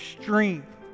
strength